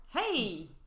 Hey